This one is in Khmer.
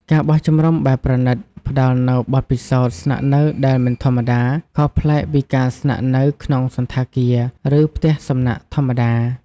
ការបោះជំរំបែបប្រណីត ផ្តល់នូវបទពិសោធន៍ស្នាក់នៅដែលមិនធម្មតា ខុសប្លែកពីការស្នាក់នៅក្នុងសណ្ឋាគារ ឬផ្ទះសំណាក់ធម្មតា។